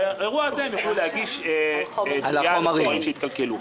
על האירוע הזה הם יכלו להגיש תביעה על חומרים שהתקלקלו.